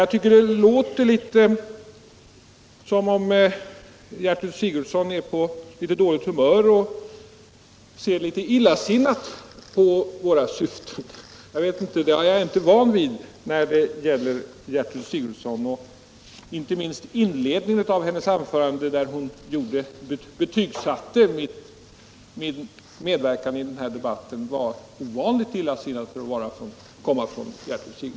Jag tycker det låter som om Gertrud Sigurdsen var på dåligt humör och ser litet illasinnat på våra syften. Det är jag inte van vid när det gäller Gertrud Sigurdsen. Inte minst inledningen i hennes anförande, där hon betygsatte min medverkan i den här debatten, var ovanligt illasinnad för att komma från henne.